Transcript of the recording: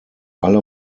alle